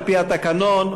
על-פי התקנון,